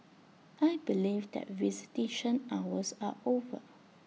I believe that visitation hours are over